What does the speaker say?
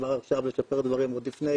וכבר עכשיו לשפר דברים, עוד לפני